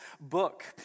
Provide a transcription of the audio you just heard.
book